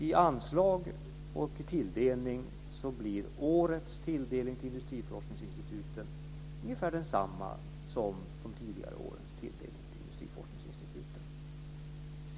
I anslag och tilldelning blir årets tilldelning till industriforskningsinstituten ungefär densamma som de tidigare årens tilldelning till industriforskningsinstituten.